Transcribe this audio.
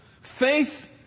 Faith